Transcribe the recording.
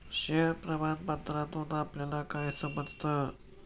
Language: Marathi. शेअर प्रमाण पत्रातून आपल्याला काय समजतं?